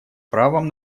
правом